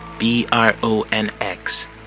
b-r-o-n-x